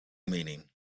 meaning